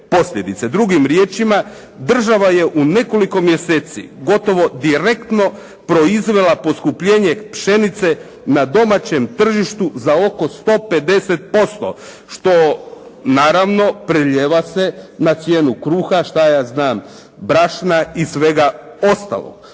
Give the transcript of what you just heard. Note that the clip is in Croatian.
Drugim riječima država je u nekoliko mjeseci, gotovo direktno proizvela poskupljenje pšenice na domaćem tržištu za oko 150% što naravno prelijeva se na cijenu kruha, šta ja znam brašna i svega ostalog.